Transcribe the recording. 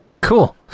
cool